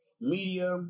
Media